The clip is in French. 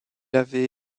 avait